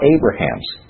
Abraham's